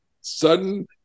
sudden